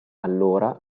allora